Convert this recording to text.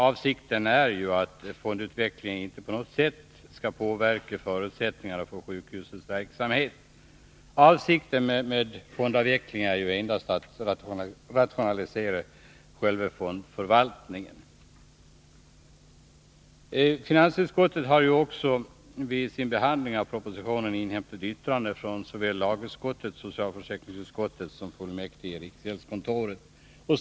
Avsikten är att fondavvecklingen inte på något sätt skall påverka förutsättningarna för sjukhusens verksamhet utan endast rationalisera själva fondförvaltningen. Finansutskottet har också vid sin behandling av propositionen inhämtat yttrande från såväl lagutskottet som socialförsäkringsutskottet och fullmäktige i riksgäldskontoret.